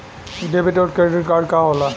Debit और credit card का होला?